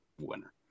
winner